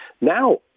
Now